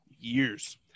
years